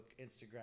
Instagram